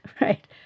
right